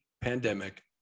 pandemic